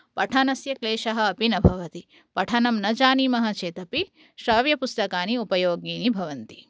पठनस्य क्लेशः अपि न भवति पठनं न जानीमः चेदपि श्राव्यपुस्तकानि उपयोगीनि भवन्ति